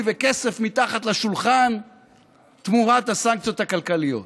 וכסף מתחת לשולחן תמורת הסנקציות הכלכליות.